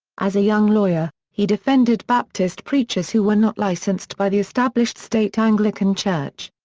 as a young lawyer, he defended baptist preachers who were not licensed by the established state anglican church.